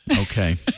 Okay